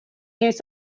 use